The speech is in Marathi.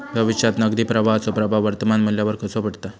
भविष्यात नगदी प्रवाहाचो प्रभाव वर्तमान मुल्यावर कसो पडता?